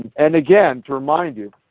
and again, to remind you,